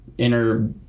inner